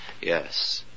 Yes